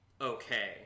okay